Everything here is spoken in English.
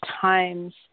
times